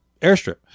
airstrip